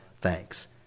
thanks